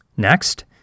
Next